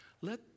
Let